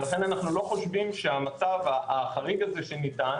ולכן אנחנו לא חושבים שהמצב החריג הזה שניתן